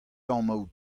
tammoù